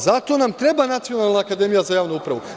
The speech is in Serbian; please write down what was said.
Zato nam treba Nacionalna akademija za javnu upravu.